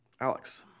Alex